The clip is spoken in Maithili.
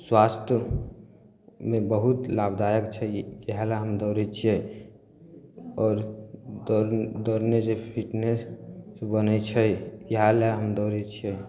स्वास्थ्यमे बहुत लाभदायक छै ई इएह लए हम दौड़य छियै आओर दौड़ दौड़नेसँ फिटनेस बनय छै इएह लए हम दौड़य छियै